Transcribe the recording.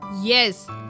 Yes